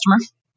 customer